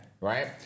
Right